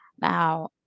Now